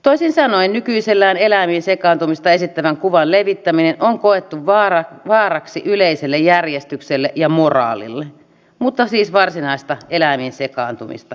toisin sanoen nykyisellään eläimiin sekaantumista esittävän kuvan levittäminen on koettu vaaraksi yleiselle järjestykselle ja moraalille mutta siis varsinaista eläimiin sekaantumista ei